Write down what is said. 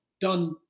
done